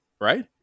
Right